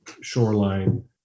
shoreline